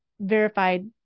verified